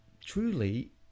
truly